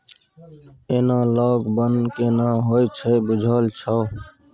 Analogue बन्न केना होए छै बुझल छौ?